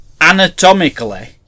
anatomically